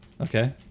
Okay